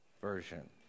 version